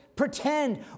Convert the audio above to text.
pretend